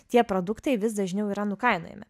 tie produktai vis dažniau yra nukainojami